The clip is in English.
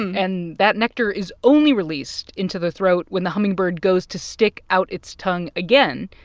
and that nectar is only released into the throat when the hummingbird goes to stick out its tongue again,